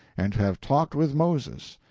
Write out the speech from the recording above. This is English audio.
and to have talked with moses.